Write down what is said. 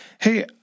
Hey